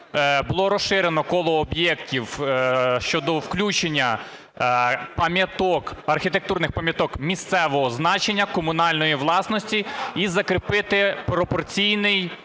було розширено коло об'єктів щодо включення пам'яток, архітектурних пам'яток місцевого значення комунальної власності і закріпити пропорційний